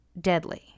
deadly